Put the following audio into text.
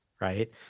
right